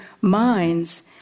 minds